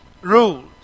rules